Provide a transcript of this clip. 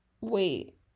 wait